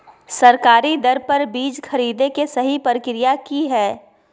सरकारी दर पर बीज खरीदें के सही प्रक्रिया की हय?